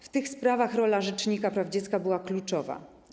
W tych sprawach rola rzecznika praw dziecka była kluczowa.